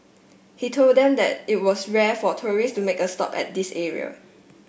he told them that it was rare for tourist to make a stop at this area